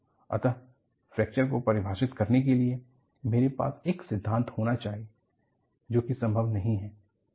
अतः फ्रैक्चर को परिभाषित करने के लिए मेरे पास एक सिद्धांत होना चाहिए जो कि संभव नहीं है